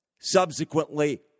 subsequently